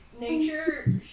nature